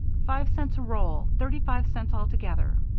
five cents a roll thirty-five cents altogether.